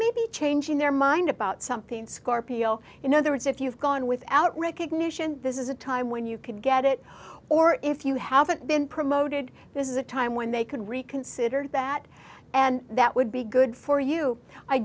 may be changing their mind about something scorpio in other words if you've gone without recognition this is a time when you can get it or if you haven't been promoted this is a time when they could reconsider that and that would be good for you i